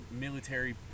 military